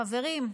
חברים,